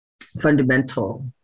fundamental